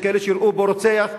יש כאלה שיראו בו רוצח,